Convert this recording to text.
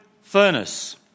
furnace